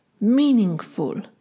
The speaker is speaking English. meaningful